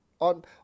On